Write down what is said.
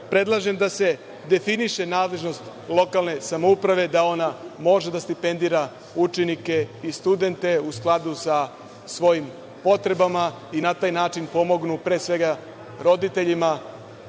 predlažem da se definiše nadležnost lokalne samouprave, da ona može da stipendira učenike i studente u skladu sa svojim potrebama i da na taj način pomognu, pre svega roditeljima